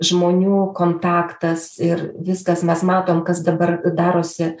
žmonių kontaktas ir viskas mes matom kas dabar darosi